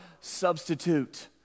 substitute